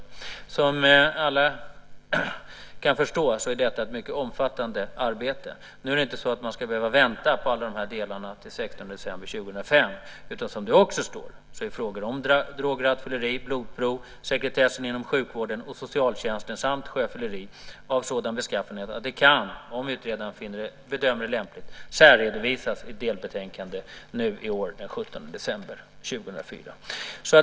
Som alla kan förstå är detta ett mycket omfattande arbete. Nu ska man inte behöva vänta på alla dessa delar till den 16 december 2005, utan - som det också står - frågor om rattfylleri, blodprov, sekretessen inom sjukvården och socialtjänsten samt sjöfylleri är av sådan beskaffenhet att de kan, om utredaren bedömer det lämpligt, särredovisas i ett delbetänkande i år, den 17 december 2004.